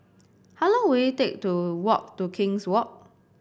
how long will it take to walk to King's Walk